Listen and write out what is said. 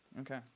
Okay